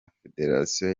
federasiyo